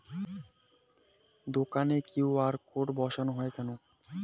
দোকানে QR code বসানো হয় কেন?